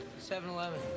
7-Eleven